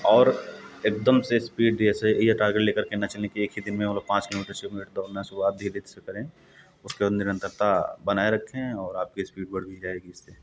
और एकदम से स्पीड जैसे यह टारगेट लेकर के ना चलें कि एक ही दिन में और पाँच किलोमीटर छः किलोमीटर दौड़ना है शुरुआत धीरे से करें उसके बाद निरंतरता बनाए रखें और आपकी स्पीड बढ़ भी जाएगी इससे